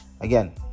Again